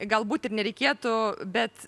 galbūt ir nereikėtų bet